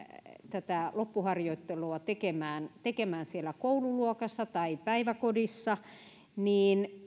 tätä loppuharjoittelua tekemään tekemään siellä koululuokassa tai päiväkodissa niin